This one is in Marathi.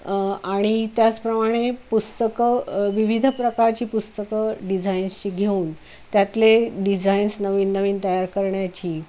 आणि त्याचप्रमाणे पुस्तकं विविध प्रकारची पुस्तकं डिझाईन्सची घेऊन त्यातले डिझाईन्स नवीन नवीन तयार करण्याची